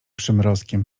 przymrozkiem